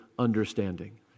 Understanding